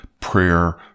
prayer